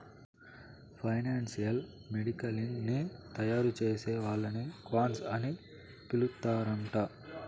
financial modelling ని తయారుచేసే వాళ్ళని క్వాంట్స్ అని పిలుత్తరాంట